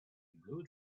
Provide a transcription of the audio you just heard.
blue